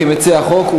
כמציע החוק.